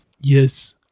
Yes